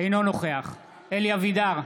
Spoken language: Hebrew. אינו נוכח אלי אבידר,